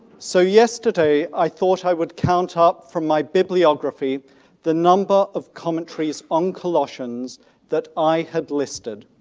so yesterday i thought i would count up from my bibliography the number of commentaries on colossians that i had listed.